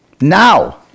now